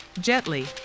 Gently